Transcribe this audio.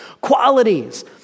qualities